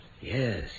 Yes